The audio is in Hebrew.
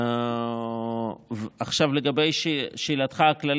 עכשיו לשאלתך הכללית,